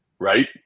Right